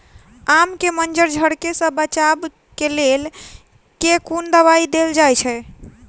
आम केँ मंजर झरके सऽ बचाब केँ लेल केँ कुन दवाई देल जाएँ छैय?